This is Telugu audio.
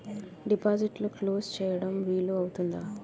డిపాజిట్లు క్లోజ్ చేయడం వీలు అవుతుందా?